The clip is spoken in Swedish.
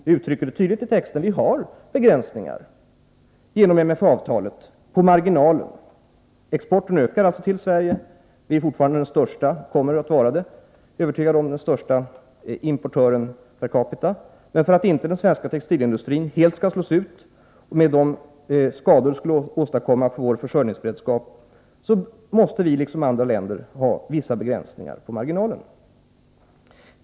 Vi har genom MF-avtalet begränsningar på marginalen. Exporten till Sverige ökar alltså; vi är fortfarande den största importören per capita och kommer — det är jag övertygad om — att vara det. Men för att den svenska textilindustrin inte helt skall slås ut, med de skador det skulle åstadkomma på vår försörjningsberedskap, måste vi liksom andra länder ha vissa begränsningar på marginalen.